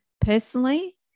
Personally